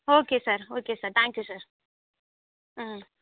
okay sir okay sir thank you sir ம்